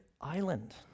island